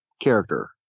character